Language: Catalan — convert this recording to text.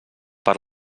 per